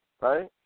right